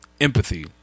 empathy